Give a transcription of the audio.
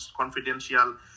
confidential